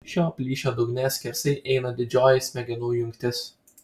šio plyšio dugne skersai eina didžioji smegenų jungtis